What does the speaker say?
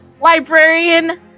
Librarian